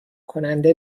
کننده